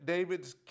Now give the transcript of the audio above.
David's